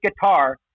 guitar